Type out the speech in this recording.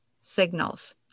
signals